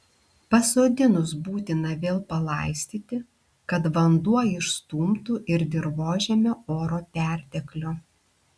pasodinus būtina vėl palaistyti kad vanduo išstumtų ir dirvožemio oro perteklių